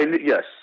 Yes